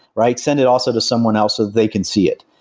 right? send it also to someone else, so they can see it.